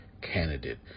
candidate